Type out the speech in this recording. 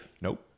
Nope